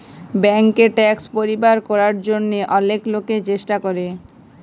ব্যাংকে ট্যাক্স পরিহার করার জন্যহে অলেক লোকই চেষ্টা করে